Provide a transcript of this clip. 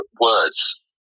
words